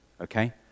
okay